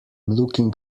looking